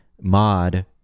Mod